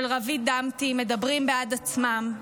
של רביד דמתי, מדברים בעד עצמם.